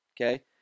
Okay